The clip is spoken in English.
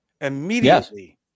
immediately